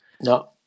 No